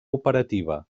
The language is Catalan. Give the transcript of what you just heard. operativa